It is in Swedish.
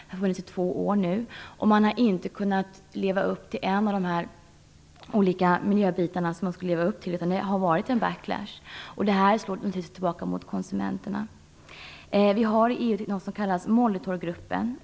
Det har funnits i två år nu, men man har inte kunnat leva upp till de miljökrav som man skulle leva upp till. Det har alltså varit en backlash. Det slår tillbaka mot konsumenterna. Vi har i EU någonting som kallas Molitorgruppen.